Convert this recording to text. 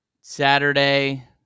Saturday